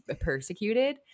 persecuted